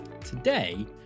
Today